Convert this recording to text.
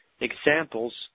examples –